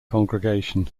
congregation